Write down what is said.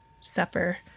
supper